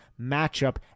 matchup